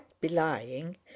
belying